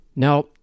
Now